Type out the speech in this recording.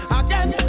again